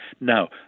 Now